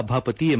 ಸಭಾಪತಿ ಎಂ